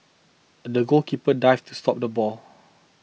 the goalkeeper dived to stop the ball